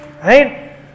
Right